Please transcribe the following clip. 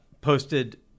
posted